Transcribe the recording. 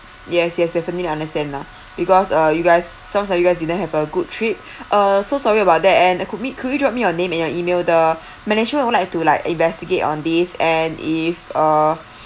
yes yes definitely understand lah because uh you guys sounds like you guys didn't have a good trip uh so sorry about that and could we could you drop me your name and your email the management would uh like to like investigate on this and if uh